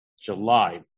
July